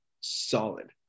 solid